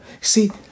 See